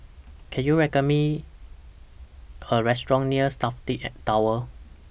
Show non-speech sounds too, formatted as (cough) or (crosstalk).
Can YOU (unintelligible) Me A Restaurant near Safti At Tower